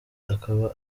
akaba